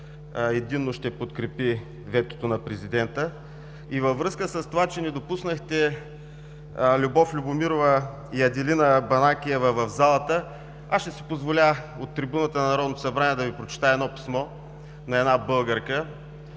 единно ще подкрепи ветото на Президента. Във връзка с това, че не допуснахте Любов Любомирова и Аделина Банакиева в залата, аз ще си позволя от трибуната на Народното събрание да Ви прочета писмо на една българка.